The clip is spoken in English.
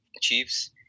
chiefs